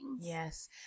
yes